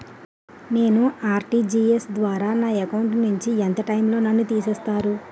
నేను ఆ.ర్టి.జి.ఎస్ ద్వారా నా అకౌంట్ నుంచి ఎంత టైం లో నన్ను తిసేస్తారు?